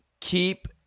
keep